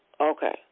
okay